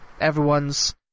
everyone's